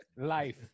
life